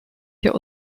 hier